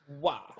Wow